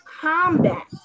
combat